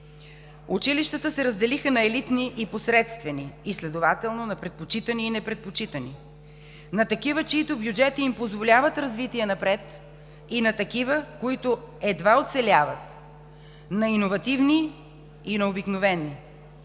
Училищата се разделиха на елитни и посредствени и следователно на предпочитани и непредпочитани, на такива, чиито бюджети им позволяват развитие напред, и на такива, които едва оцеляват, на иновативни, и на обикновени.